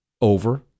Over